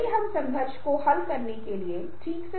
तो हम आपको क्या करना चाहते हैं